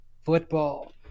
Football